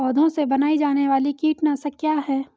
पौधों से बनाई जाने वाली कीटनाशक क्या है?